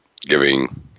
Giving